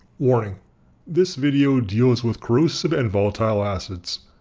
warning this video deals with corrosive and volatile acids.